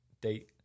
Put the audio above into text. date